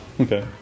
Okay